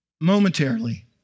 momentarily